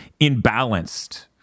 imbalanced